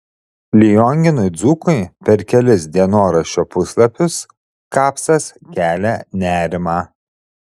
lionginui dzūkui per kelis dienoraščio puslapius kapsas kelia nerimą